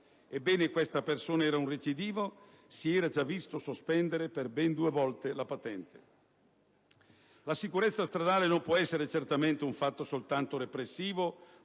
Ebbene questa persona era un recidivo, si era già visto sospendere per due volte la patente. La sicurezza stradale non può essere certamente un fatto soltanto repressivo,